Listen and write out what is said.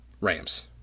Rams